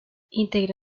integra